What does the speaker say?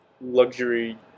luxury